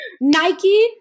nike